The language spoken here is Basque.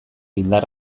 indar